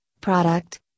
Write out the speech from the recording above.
product